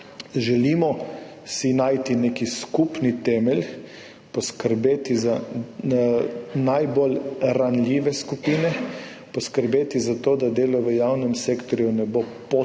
Želimo si najti nek skupni temelj, poskrbeti za najbolj ranljive skupine, poskrbeti za to, da delo v javnem sektorju ne bo podplačano,